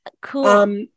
Cool